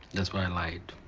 that's why i lied.